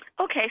Okay